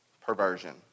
perversion